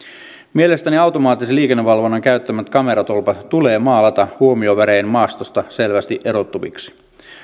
mielestäni automaattisen liikennevalvonnan käyttämät kameratolpat tulee maalata huomiovärein maastosta selväksi erottuviksi